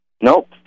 Nope